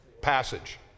passage